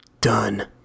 Done